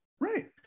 Right